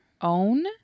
Own